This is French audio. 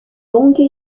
longue